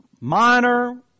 minor